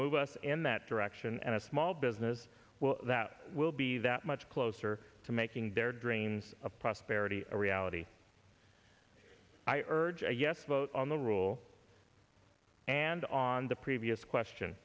move us in that direction and a small business well that will be that much closer to making their dreams of prosperity a reality i urge a yes vote on the rule and on the previous question